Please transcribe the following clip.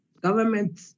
government